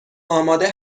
آماده